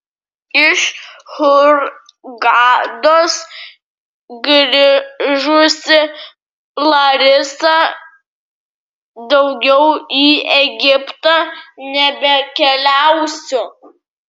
iš hurgados grįžusi larisa daugiau į egiptą nebekeliausiu